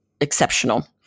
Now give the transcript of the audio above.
exceptional